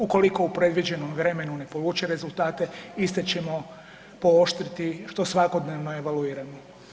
Ukoliko u predviđenom vremenu ne poluče rezultate iste ćemo pooštriti što svakodnevno evaluiramo.